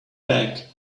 back